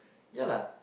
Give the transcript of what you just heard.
yeah lah